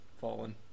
Fallen